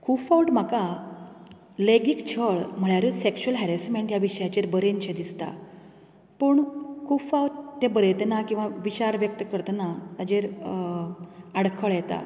खूब फावट म्हाका लैंगीक छळ म्हळ्यारच सेक्शुअल हेरेसमेंन्ट ह्या विशयाचेर बरयनशें दिसता पूण खूब फावट तें बरयतना किंवां विचार व्यक्त करतना ताचेर आडखळ येता